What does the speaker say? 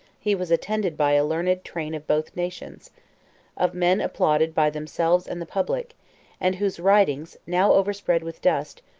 he was attended by a learned train of both nations of men applauded by themselves and the public and whose writings, now overspread with dust,